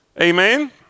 amen